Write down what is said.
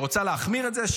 והיא רוצה להחמיר את זה,